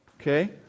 Okay